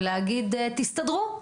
ולהגיד תסתדרו.